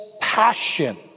passion